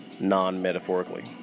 non-metaphorically